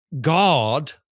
God